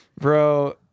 bro